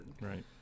Right